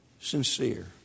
sincere